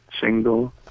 single